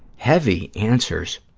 heavy answers.